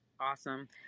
Awesome